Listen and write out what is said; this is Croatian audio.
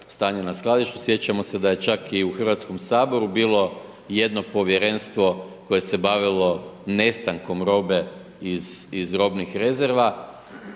stanje na skladištu, sjećamo se da je čak u Hrvatskom saboru bilo jedno povjerenstvo koje se je bavilo nestankom robe iz robnih rezerva,